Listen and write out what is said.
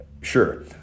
Sure